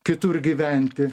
kitur gyventi